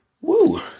Woo